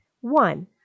One